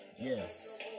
Yes